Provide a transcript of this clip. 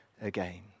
again